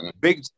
big